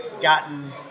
gotten